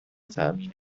تأمین